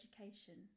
education